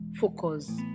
focus